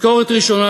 תזכורת ראשונה,